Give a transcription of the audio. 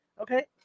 Okay